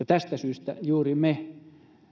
tästä syystä juuri me